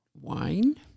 wine